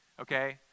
okay